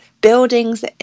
buildings